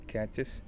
Catches